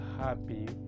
happy